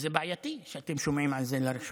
וזה בעייתי שאתם שומעים על זה לראשונה.